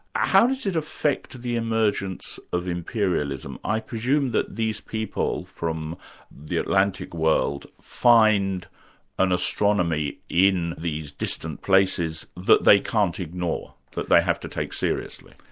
how does it affect the emergence of imperialism? i presume that these people from the atlantic world, find an astronomy in these distant places that they can't ignore, that they have to take seriously?